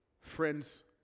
Friends